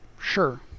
sure